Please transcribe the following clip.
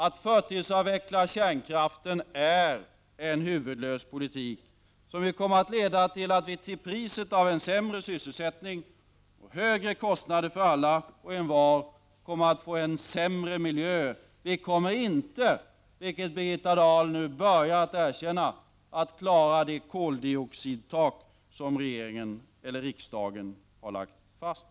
Att förtidsavveckla kärnkraften är en huvudlös politik, som kommer att leda till att vi till priset av sämre sysselsättning och högre kostnader för alla och envar kommer att få en sämre miljö. Vi kommer inte, vilket Birgitta Dahl nu har börjat erkänna, att klara det tak för koldioxidutsläppen som riksdagen har lagt fast.